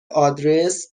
آدرس